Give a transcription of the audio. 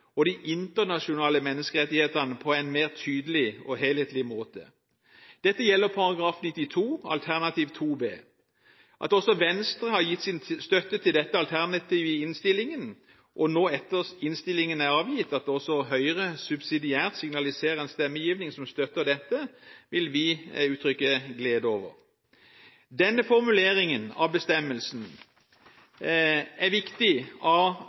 og de internasjonale menneskerettighetene på en mer tydelig og helhetlig måte. Dette gjelder § 92, Alternativ 2 B. At også Venstre har gitt sin støtte til dette alternativet i innstillingen, og nå, etter at innstillingen er avgitt, også Høyre subsidiært signaliserer en stemmegivning som støtter dette, vil vi uttrykke glede over. Denne formuleringen av bestemmelsen er viktig av